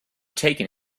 taken